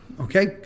Okay